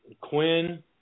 Quinn